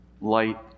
light